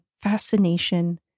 fascination